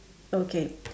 okay